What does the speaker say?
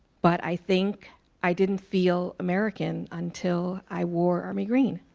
but i think i didn't feel american until i wore army green.